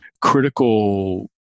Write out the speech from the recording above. critical